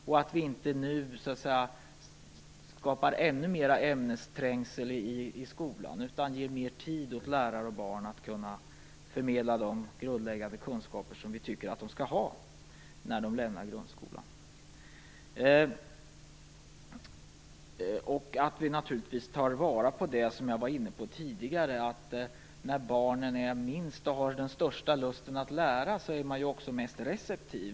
Vi får inte nu skapa ännu mer ämnesträngsel i skolan, utan lärarna måste ges mer tid för att förmedla de grundläggande kunskaper som vi tycker att eleverna skall ha när de lämnar grundskolan. Som jag var inne på tidigare måste vi ta vara på att barnen när de är små har den största lusten att lära och är mest receptiva.